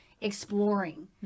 exploring